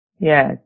Yes